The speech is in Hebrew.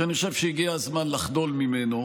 שאני חושב שהגיע הזמן לחדול ממנו,